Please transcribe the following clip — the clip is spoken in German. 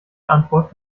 antwort